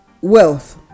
wealth